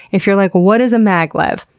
if you're like, what is a maglev?